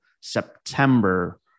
September